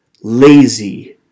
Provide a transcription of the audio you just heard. lazy